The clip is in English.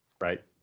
Right